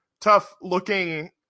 tough-looking